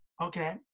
Okay